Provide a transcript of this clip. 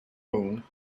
own